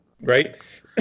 Right